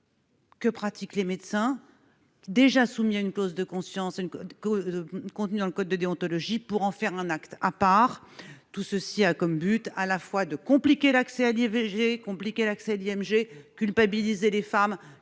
que pratiquent les médecins, déjà soumis à une clause de conscience contenue dans le code de déontologie, pour en faire des actes à part, dans le but à la fois de compliquer l'accès à ces actes, de culpabiliser les femmes